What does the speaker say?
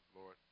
lord